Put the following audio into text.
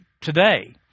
today